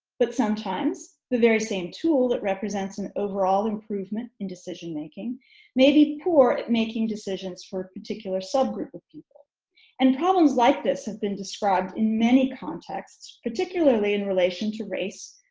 but sometimes the very same tool that represents an overall improvement in decision making may be poor at making decisions for a particular subgroup of people and problems like this have been described in many contexts particularly in relation to race,